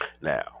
Now